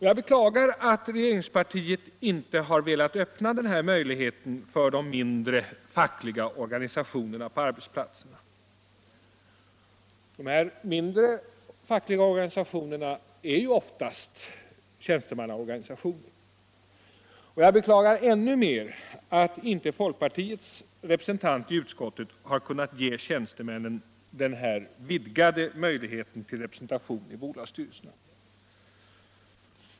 Jag beklagar att regeringspartiet inte har velat öppna den här möjligheten för de små fackliga organisationerna på arbetsplatserna. De små fackliga organisationerna är oftast tjänstemannaorganisationer, och jag beklagar ännu mer att folkpartiets representant i utskottet inte har velat ge tjänstemännen vidgade möjligheter till representation i bolagsstyrel serna.